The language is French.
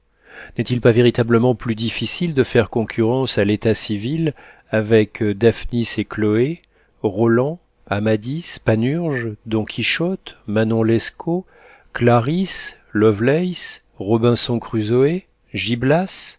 n'est-il pas véritablement plus difficile de faire concurrence à létat civil avec daphnis et chloë roland amadis panurge don quichotte manon lescaut clarisse lovelace robinson crusoë gilblas